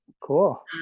cool